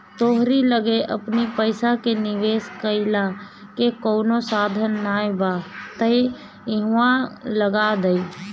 तोहरी लगे अपनी पईसा के निवेश कईला के कवनो साधन नाइ बा तअ इहवा लगा दअ